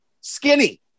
Skinny